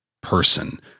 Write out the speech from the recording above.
person